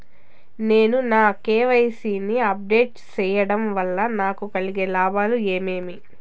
నేను నా కె.వై.సి ని అప్ డేట్ సేయడం వల్ల నాకు కలిగే లాభాలు ఏమేమీ?